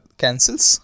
cancels